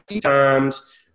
times